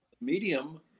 medium